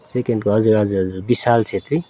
सेकेन्डको हजुर हजुर हजुर विशाल छेत्री